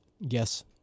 yes